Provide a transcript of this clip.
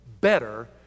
better